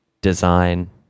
design